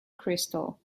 crystal